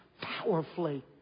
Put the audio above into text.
powerfully